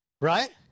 right